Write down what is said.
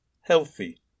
healthy